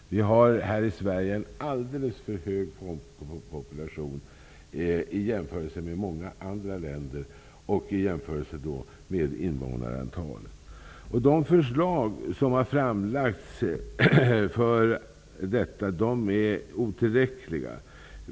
I Sverige har vi en alldeles för stor fångpopulation jämfört med många andra länder och i förhållande till invånarantalet. De förslag som har framlagts för att komma till rätta med detta är otillräckliga.